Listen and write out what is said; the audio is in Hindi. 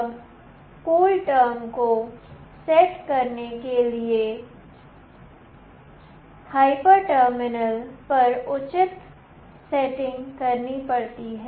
अब कूल टर्म को सेट करने के लिए हाइपर टर्मिनल सॉफ्टवेयर पर उचित सेटिंग्स करनी पड़ती हैं